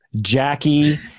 Jackie